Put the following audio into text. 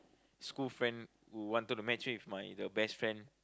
school friend who wanted to match her with my the best friend